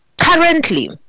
Currently